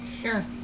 Sure